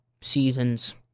seasons